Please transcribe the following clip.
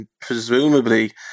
presumably